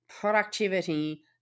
productivity